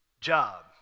job